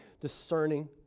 discerning